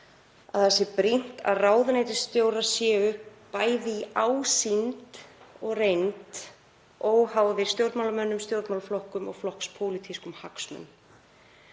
að það sé brýnt að ráðuneytisstjórar séu bæði í ásýnd og reynd óháðir stjórnmálamönnum, stjórnmálaflokkum og flokkspólitískum hagsmunum.